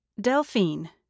Delphine